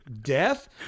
death